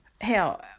hell